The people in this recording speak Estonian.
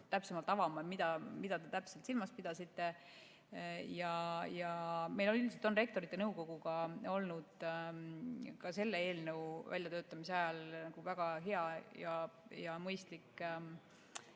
täpsustama, mida te silmas pidasite. Meil üldiselt on Rektorite Nõukoguga olnud ka selle eelnõu väljatöötamise ajal väga hea ja mõistlik